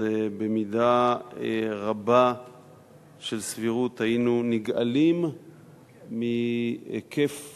אז במידה רבה של סבירות היינו נגאלים מהיקף